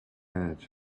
minutes